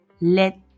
Let